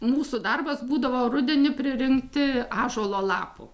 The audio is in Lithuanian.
mūsų darbas būdavo rudenį pririnkti ąžuolo lapų